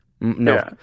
No